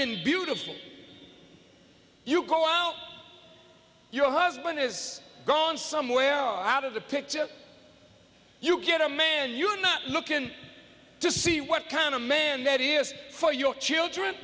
and beautiful you go out your husband is gone somewhere out of the picture you get a man you're not looking to see what can a man that is for your children